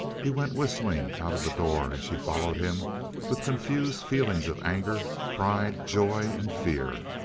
he went whistling out of the door, and she followed him with confused feelings of anger, pride, joy, and fear.